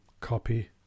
copy